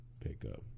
pickup